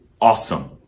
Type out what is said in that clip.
awesome